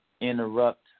interrupt